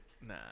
Nah